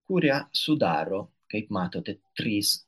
kurią sudaro kaip matote trys